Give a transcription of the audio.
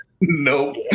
Nope